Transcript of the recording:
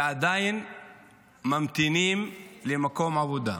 ועדיין ממתינים למקום עבודה.